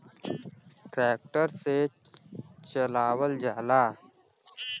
tractor से चलावल जाला